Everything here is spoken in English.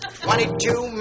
Twenty-two